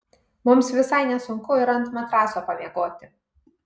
mums visai nesunku ir ant matraso pamiegoti